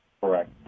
Correct